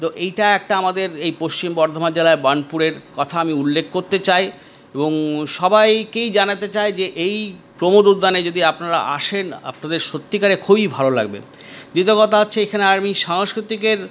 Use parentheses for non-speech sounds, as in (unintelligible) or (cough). তো এইটা একটা আমাদের এই পশ্চিম বর্ধমান জেলার বার্নপুরের কথা আমি উল্লেখ করতে চাই এবং সবাইকেই জানাতে চাই যে এই প্রমোদ উদ্যানে যদি আপনারা আসেন আপনাদের সত্যিকারের খুবই ভালো লাগবে দ্বিতীয় কথা হচ্ছে এখানে (unintelligible) সংস্কৃতিকের